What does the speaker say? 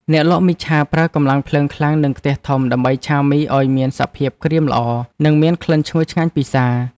អ្នកលក់មីឆាប្រើកម្លាំងភ្លើងខ្លាំងនិងខ្ទះធំដើម្បីឆាមីឱ្យមានសភាពក្រៀមល្អនិងមានក្លិនឈ្ងុយឆ្ងាញ់ពិសារ។